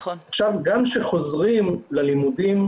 גם כחוזרים ללימודים,